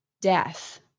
death